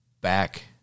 back